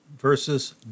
versus